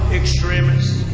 extremists